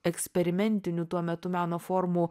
eksperimentinių tuo metu meno formų